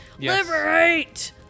Liberate